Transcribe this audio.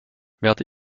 werde